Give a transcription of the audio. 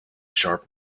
sharp